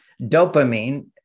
dopamine